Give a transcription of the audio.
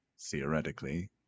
theoretically